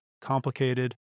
complicated